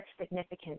significance